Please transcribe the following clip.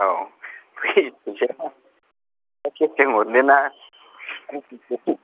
औ फैसाया केसजों हरनोना